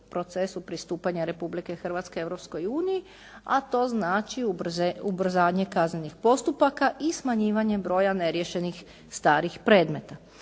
procesu pristupanja Republike Hrvatske Europskoj uniji, a to znači ubrzanje kaznenih postupaka i smanjivanje broja neriješenih starih predmeta.